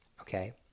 Okay